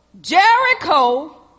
Jericho